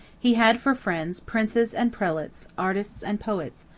he had for friends princes and prelates, artists and poets,